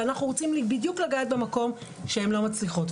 ואנחנו רוצים בדיוק לגעת במקום שהן לא מצליחות.